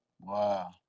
Wow